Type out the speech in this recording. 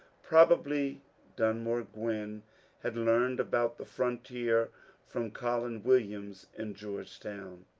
probably dun more gwinn had learned about the frontier from collin williams in georgetown.